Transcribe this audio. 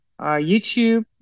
YouTube